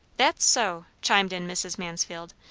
that's so! chimed in mrs. mansfield,